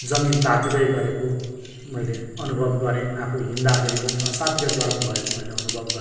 जमिन तातिँदै गरेको मैले अनुभव गरेँ आफू हिँड्दाखेरि पनि असाध्य गरम भएको मैले अनुभव गरेँ